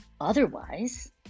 Otherwise